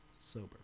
sober